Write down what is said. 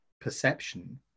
perception